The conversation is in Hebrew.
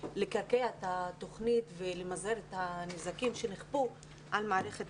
על התוכנית ומזעור הנזקים שנכפו על מערכת